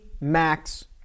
max